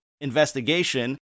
investigation